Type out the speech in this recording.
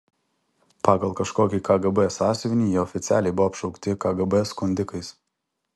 pagal kažkokį kgb sąsiuvinį jie oficialiai buvo apšaukti kgb skundikais